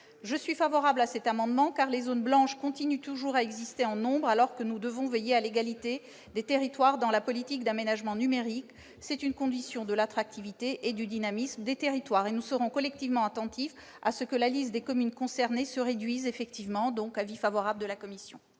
Je suis favorable à cet amendement, car les zones blanches continuent à exister en nombre, alors que nous devons veiller à l'égalité des territoires dans la politique d'aménagement numérique : c'est une condition de l'attractivité et du dynamisme des territoires, et nous serons collectivement attentifs à ce que la liste des communes concernées se réduise effectivement. Quel est l'avis du Gouvernement